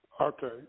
Okay